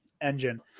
engine